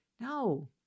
No